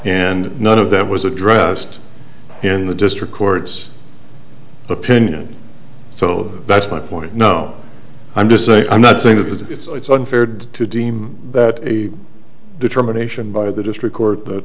and none of that was addressed in the district court's opinion so that's my point no i'm just saying i'm not saying that the it's unfair to deem that a determination by the district court that